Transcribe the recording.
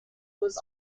was